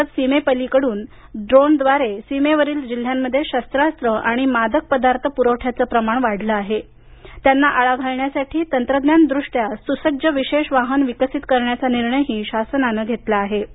तसंच सीमेपलीकडून ड्रोन द्वारे सीमेवरील जिल्ह्यामध्ये शस्त्रास्त्र आणि मादक पदार्थ पुरवठ्याचे प्रमाण वाढले आहे त्यांना आळा घालण्यासाठी तंत्रज्ञानदृष्ट्या सुसज्ज विशेष वाहन विकसित करण्याचाही निर्णय शासनान घेतला आहे